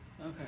Okay